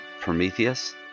Prometheus